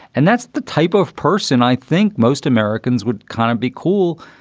and that's the type of person i think most americans would kind of be cool,